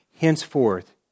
henceforth